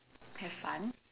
have fun